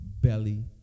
Belly